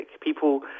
People